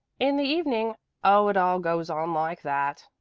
in the evening oh it all goes on like that,